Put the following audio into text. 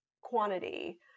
quantity